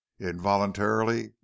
involuntarily